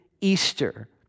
Easter